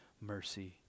mercy